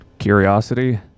curiosity